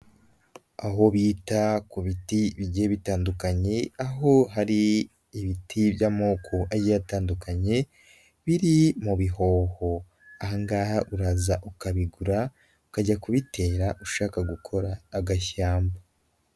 Aho bita ku biti bigiye bitandukanye aho hari ibiti by'amoko agiye atandukanye biri mu bihoho, aha ngaha uraza ukabigura ukajya kubitera ushaka gukora agashyamba.